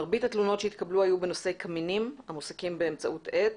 מרבית התלונות שהתקבלו היו בנושא קמינים המוסקים באמצעות עץ.